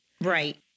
Right